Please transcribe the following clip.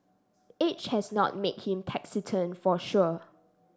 age has not made him taciturn for sure